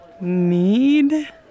Need